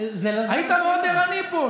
היית מאוד ערני פה,